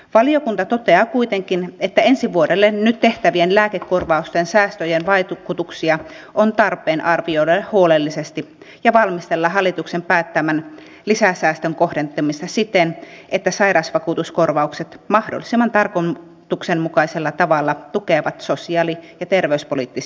valiokunta toteaa kuitenkin että ensi vuodelle nyt tehtävien lääkekorvausten säästöjen vaikutuksia on tarpeen arvioida huolellisesti ja valmistella hallituksen päättämän lisäsäästön kohdentamista siten että sairausvakuutuskorvaukset mahdollisimman tarkoituksenmukaisella tavalla tukevat sosiaali ja terveyspoliittisia tavoitteita